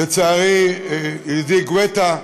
לצערי, ידידי גואטה,